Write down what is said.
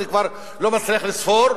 אני כבר לא מצליח לספור,